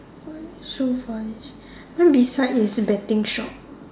why so then beside it is betting shop